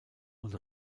und